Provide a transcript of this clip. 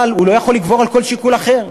אבל הוא לא יכול לגבור על כל שיקול אחר.